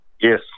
yes